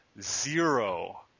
zero